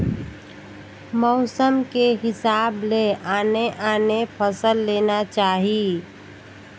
मउसम के हिसाब ले आने आने फसल लेना चाही